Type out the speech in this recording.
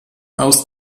aus